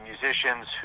musicians